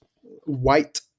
White